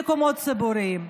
ממקומות ציבוריים.